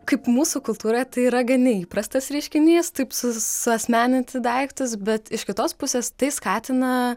kaip mūsų kultūra tai yra gan neįprastas reiškinys taip su suasmeninti daiktus bet iš kitos pusės tai skatina